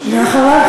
ואחריו,